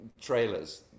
trailers